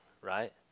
right